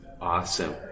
Awesome